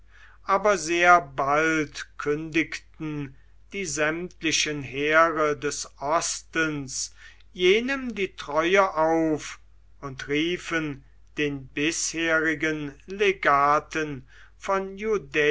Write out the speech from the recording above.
aber sehr bald kündigten die sämtlichen heere des ostens jenem die treue auf und riefen den bisherigen legaten von